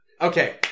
okay